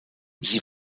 sie